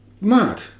mad